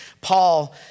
Paul